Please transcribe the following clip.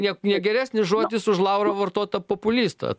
niekuo negeresnis žodis už lauro vartotą populistą